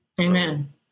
Amen